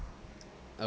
um